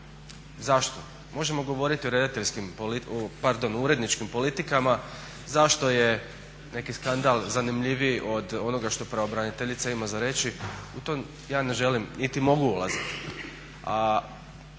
Zašto? Možemo govoriti o uredničkim politikama, zašto je neki skandal zanimljiviji od onoga što pravobraniteljica ima za reći. U to ja ne želim niti mogu ulaziti,